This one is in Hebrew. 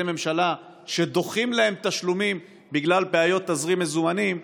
ממשלה שדוחים להם תשלומים בגלל בעיות תזרים מזומנים.